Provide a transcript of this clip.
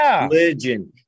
religion